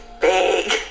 big